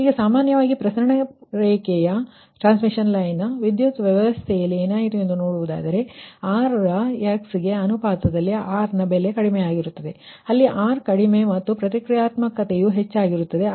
ಈಗ ಸಾಮಾನ್ಯವಾಗಿ ಪ್ರಸರಣ ರೇಖೆಯ ವಿದ್ಯುತ್ ವ್ಯವಸ್ಥೆಯಲ್ಲಿ ಏನಾಯಿತು ಎಂದು ನೋಡುವುದಾದರೆ ಅವುಗಳು R ರ X ಗೆ ಅನುಪಾತದಲ್ಲಿ R ನ ಬೆಲೆ ಕಡಿಮೆಯಾಗಿರುತ್ತದೆ ಅಲ್ಲಿ R ಕಡಿಮೆ ಮತ್ತು ಪ್ರತಿಕ್ರಿಯಾತ್ಮಕತೆಯು ಹೆಚ್ಚಾಗಿರುತ್ತದೆ